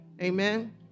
Amen